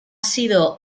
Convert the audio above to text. sido